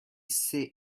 see